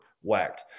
whacked